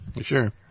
sure